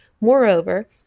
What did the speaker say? Moreover